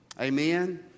Amen